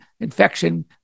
infection